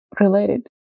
related